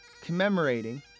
commemorating